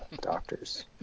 doctors